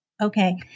Okay